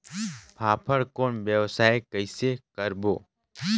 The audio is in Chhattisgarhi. फाफण कौन व्यवसाय कइसे करबो?